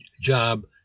job